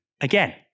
again